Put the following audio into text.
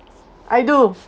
I do